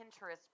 Pinterest